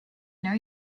know